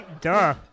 Duh